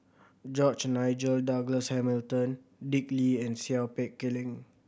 George Nigel Douglas Hamilton Dick Lee and Seow Peck Leng